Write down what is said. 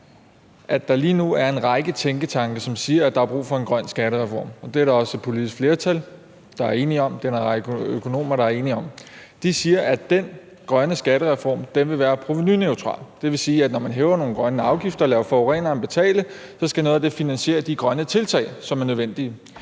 at der lige nu er en række tænketanke, som siger, at der er brug for en grøn skattereform. Det er der også et politisk flertal der er enige om, det er der en række økonomer der er enige om. De siger, at den grønne skattereform vil være provenuneutral. Det vil sige, at når man hæver nogle grønne afgifter og lader forureneren betale, skal noget af det finansiere de grønne tiltag, som er nødvendige.